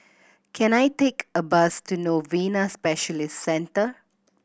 can I take a bus to Novena Specialist Center